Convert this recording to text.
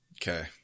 Okay